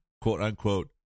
quote-unquote